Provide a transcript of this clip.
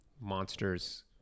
monsters